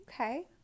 Okay